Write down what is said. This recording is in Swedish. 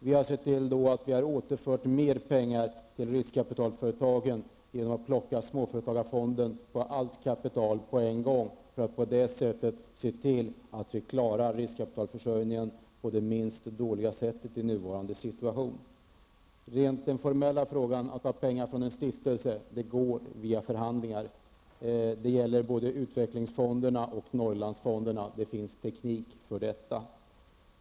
Vi har sett till att vi till riskkapitalföretagen har återfört mer pengar genom att plocka småföretagarfonden på allt kapital på en gång för att på det sättet se till att vi klarar riskkapitalförsörjningen på det i nuvarande situation minst dåliga sättet. Det går att ta pengar från en stiftelse via förhandlingar. Det gäller både utvecklingsfonderna och Norrlandsfonderna. Det finns alltså teknik för detta.